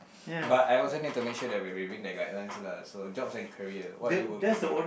but I also need to make sure that we are within the guidelines lah so jobs and career what are you working